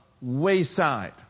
wayside